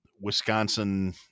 Wisconsin